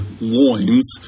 loins